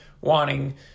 wanting